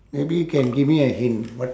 maybe can give me a hint what